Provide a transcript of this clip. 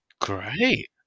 Great